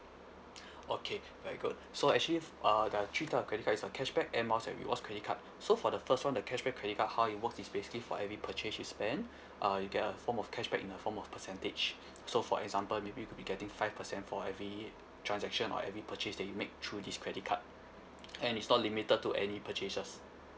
okay very good so actually uh there are type of credit card it's a cashback Air Miles and rewards credit card so for the first one the cashback credit card how it works is basically for every purchase you spend uh you get a form of cashback in a form of percentage so for example maybe you could be getting five percent for every transaction or every purchase that you make through this credit card and it's not limited to any purchases